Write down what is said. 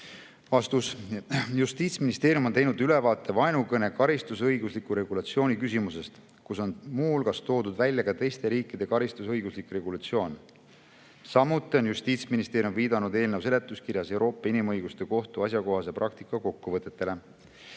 Vastus. Justiitsministeerium on teinud ülevaate vaenukõne karistusõigusliku regulatsiooni küsimusest, kus on muu hulgas toodud välja ka teiste riikide karistusõiguslik regulatsioon. Samuti on Justiitsministeerium viidanud eelnõu seletuskirjas Euroopa Inimõiguste Kohtu asjakohase praktika kokkuvõtetele.